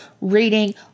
reading